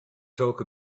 talk